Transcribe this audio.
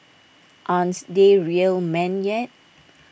aren't they real men yet